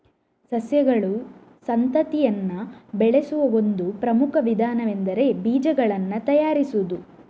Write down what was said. ಸಸ್ಯಗಳು ಸಂತತಿಯನ್ನ ಬೆಳೆಸುವ ಒಂದು ಪ್ರಮುಖ ವಿಧಾನವೆಂದರೆ ಬೀಜಗಳನ್ನ ತಯಾರಿಸುದು